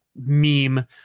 meme